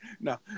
No